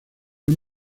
han